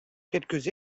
quelques